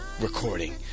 recording